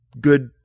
good